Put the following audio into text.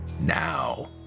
Now